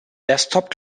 desktop